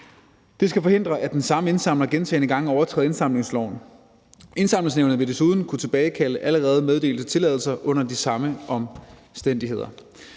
det skal forhindre, at den samme indsamler gentagne gange overtræder indsamlingsloven. Indsamlingsnævnet vil desuden kunne tilbagekalde allerede meddelte tilladelser under de samme omstændigheder.